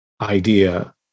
idea